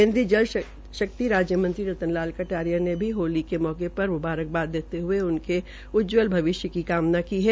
केन्द्रीय जल शकित राज्य मंत्री रतन लाल कटारिया ने भी होली के मौके पर मुंबारकबाद देते हये उनके उज्जवल भविष्य की कामना की है